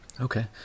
Okay